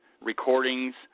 recordings